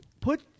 Put